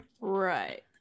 Right